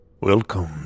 welcome